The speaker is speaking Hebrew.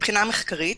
מבחינה מחקרית,